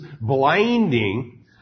blinding